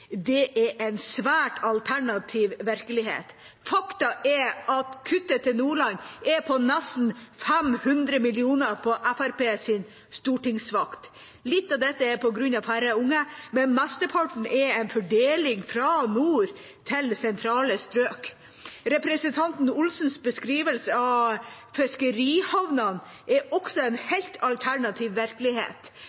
Det beskriver en svært alternativ virkelighet. Fakta er at kuttet til Nordland er på nesten 500 mill. kr på Fremskrittspartiets vakt. Litt av dette skyldes færre unge, men mesteparten skyldes en fordeling fra nord til sentrale strøk. Representanten Olsens beskrivelse av fiskerihavnene er også